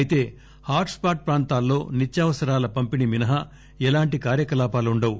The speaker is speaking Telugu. అయితే హాట్స్పాట్ ప్రాంతాల్లో నిత్యావసరాల పంపిణీ మినహా ఎలాంటి కార్యకలాపాలు ఉండవు